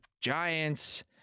Giants